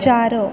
चार